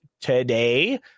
today